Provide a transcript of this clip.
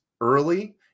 early